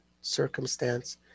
circumstance